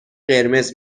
قرمز